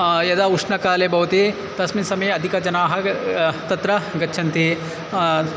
यदा उष्णकाले भवति तस्मिन् समये अधिकजनाः तत्र गच्छन्ति